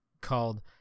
called